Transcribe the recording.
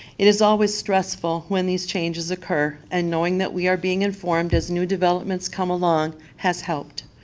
it is always stressful when these changes occurr and knowing that we are being informed as new developments come along has helped.